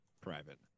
Private